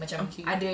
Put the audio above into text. okay